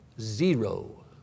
Zero